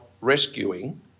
rescuing